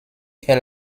est